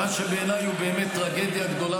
בניגוד למה שבעיניי הוא באמת טרגדיה גדולה